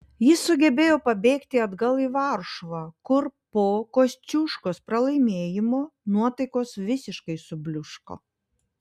jis sugebėjo pabėgti atgal į varšuvą kur po kosciuškos pralaimėjimo nuotaikos visiškai subliūško